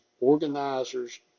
organizers